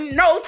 no